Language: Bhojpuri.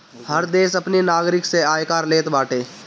हर देस अपनी नागरिक से आयकर लेत बाटे